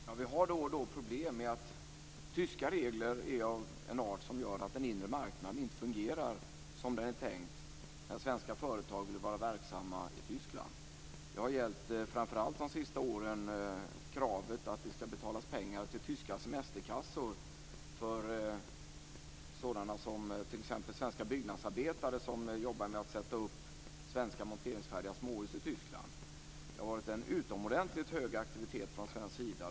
Fru talman! Vi har då och då problem med att tyska regler är av en sådan art att den inre marknaden inte fungerar som det är tänkt när svenska företag vill vara verksamma i Tyskland. Det har de senaste åren framför allt gällt kravet på att det skall betalas pengar till tyska semesterkassor för sådana personer som t.ex. svenska byggnadsarbetare som jobbar med att sätta upp svenska monteringsfärdiga småhus i Tyskland. Det har varit en utomordentligt hög aktivitet från svensk sida.